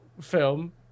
film